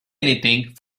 anything